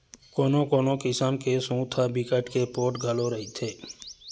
कोनो कोनो किसम के सूत ह बिकट के पोठ घलो रहिथे